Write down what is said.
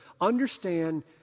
understand